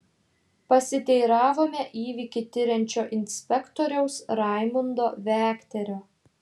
pasiteiravome įvykį tiriančio inspektoriaus raimundo vekterio